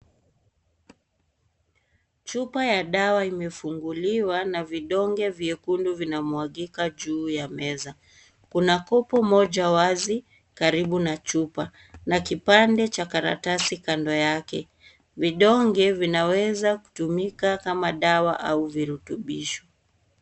Chupa ya dawa imefunguliwa, na vidonge vyekundu vinamwagika juu ya meza, kuna kopo moja iliowazi, karibu na chupa, na kipande, cha karatasi kando yake, vidonge vinaweza kutumika kama dawa au virutubisho.